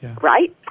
right